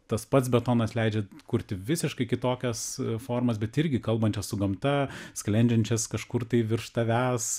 tas pats betonas leidžia kurti visiškai kitokias formas bet irgi kalbančia su gamta sklendžiančias kažkur tai virš tavęs